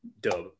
dub